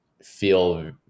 feel